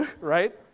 right